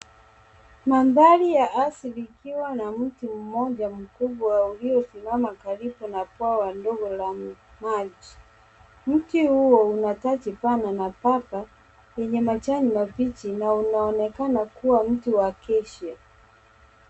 Mandhari ya asili ikiwa na mti mkubwa uliosimama karibu na bwawa ndogo la maji. Mti huo una taji pana na yenye majani mabichi na unaonekana kuwa mti wa acacia .